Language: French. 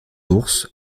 ours